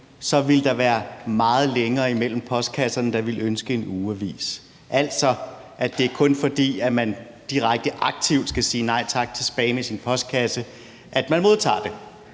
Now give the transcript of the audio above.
ville der være meget længere imellem postkasserne, der ville ønske en ugeavis. Altså, det er kun, fordi man direkte aktivt skal sige nej tak til spam i sin postkasse, at man modtager det.